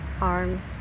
arms